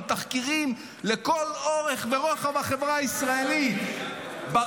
עם תחקירים לכל אורך ורוחב החברה הישראלית --- לא,